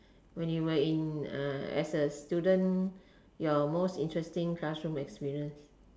when you were in uh as a student your most interesting classroom experience